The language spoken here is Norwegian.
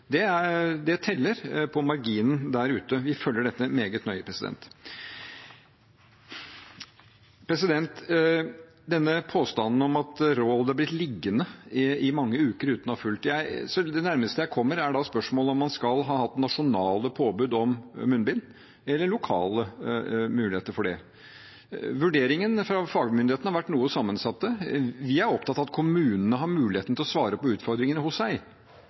Det teller på marginen der ute. Vi følger dette meget nøye. Til påstanden om at råd har blitt liggende i mange uker uten å ha blitt fulgt: Det nærmeste jeg kommer, er spørsmålet om man skulle hatt nasjonale påbud om munnbind eller lokale muligheter for det. Vurderingene fra fagmyndighetene har vært noe sammensatte. Vi er opptatt av at kommunene har muligheten til å svare på utfordringene hos seg.